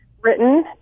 written